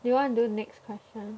you want to do next question